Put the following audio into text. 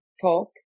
talk